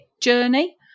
journey